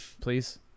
Please